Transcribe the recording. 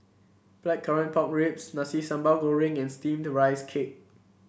Blackcurrant Pork Ribs Nasi Sambal Goreng and steamed Rice Cake